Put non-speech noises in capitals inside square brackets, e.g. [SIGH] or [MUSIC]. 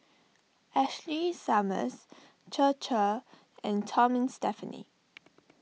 Ashley Summers Chir Chir and Tom and Stephanie [NOISE]